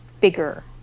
bigger